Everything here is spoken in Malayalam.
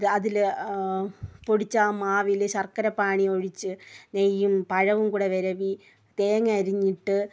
അതിൽ പൊടിച്ച് ആ മാവിൽ ശർക്കര പാനി ഒഴിച്ച് നെയ്യും പഴവും കൂടി വിരവി തേങ്ങ അരിഞ്ഞിട്ട്